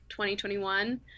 2021